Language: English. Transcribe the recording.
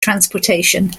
transportation